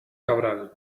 cabral